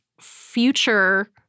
future